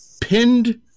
Pinned